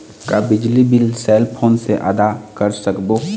का बिजली bill cell phone से आदा कर सकबो?